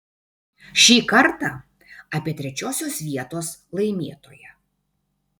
šį kartą apie trečiosios vietos laimėtoją